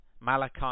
Malachi